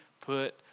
put